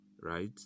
right